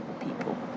People